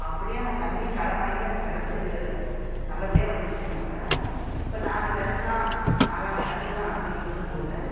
அப்படியே அவன் தண்ணீர கடன் வாங்கி அந்த விளச்சலு நல்லபடியாக வந்துருச்சுனாக்க இப்போ நாளைக்கு அறுக்கலாம் நாளானக்கு அறுக்கலாம் அப்படி இருக்கும்போது